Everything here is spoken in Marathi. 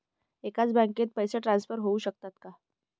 एकाच बँकेत पैसे ट्रान्सफर होऊ शकतात का?